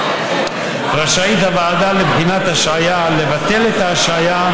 רשאית הוועדה לבחינת השעיה לבטל את ההשעיה,